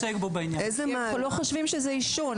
הם לא חושבים שזה עישון,